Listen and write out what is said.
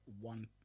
one